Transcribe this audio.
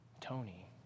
Tony